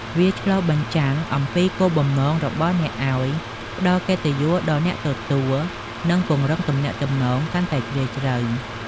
វាឆ្លុះបញ្ចាំងអំពីគោលបំណងរបស់អ្នកឱ្យ ផ្ដល់កិត្តិយសដល់អ្នកទទួល និងពង្រឹងទំនាក់ទំនងកាន់តែជ្រាលជ្រៅ។